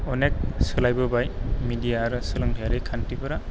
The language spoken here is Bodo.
अनेक सोलायबोबाय मिडिया आरो सोलोंथाइयारि खान्थिफोरा